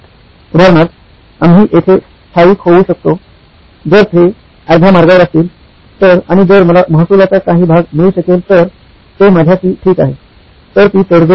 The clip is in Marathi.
उदाहरणार्थ आम्ही येथे स्थायिक होऊ शकतो जर ते अर्ध्या मार्गावर असतील तर आणि जर मला महसुलाचा काही भाग मिळू शकेल तर ते माझ्याशी ठीक आहे तर ती तडजोड होईल